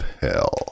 hell